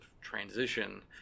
transition